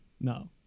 No